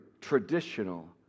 traditional